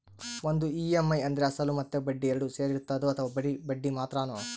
ಒಂದು ಇ.ಎಮ್.ಐ ಅಂದ್ರೆ ಅಸಲು ಮತ್ತೆ ಬಡ್ಡಿ ಎರಡು ಸೇರಿರ್ತದೋ ಅಥವಾ ಬರಿ ಬಡ್ಡಿ ಮಾತ್ರನೋ?